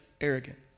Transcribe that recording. arrogant